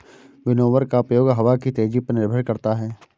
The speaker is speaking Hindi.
विनोवर का प्रयोग हवा की तेजी पर निर्भर करता है